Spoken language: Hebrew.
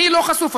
אני לא חשוף,